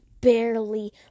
barely